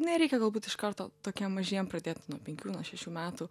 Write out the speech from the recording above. nereikia galbūt iš karto tokiem mažiem pradėt nuo penių nuo šešių metų